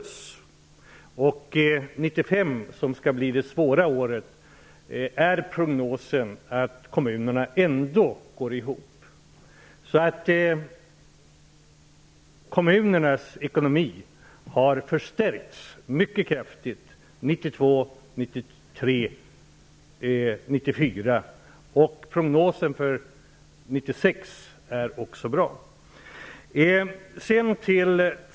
För 1995, som skall bli det svåra året, är prognosen att kommunernas ekonomi ändå går ihop. Kommunernas ekonomi har alltså förstärkts mycket kraftigt under 1992, 1993 och 1994.